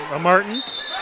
Martins